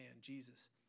Jesus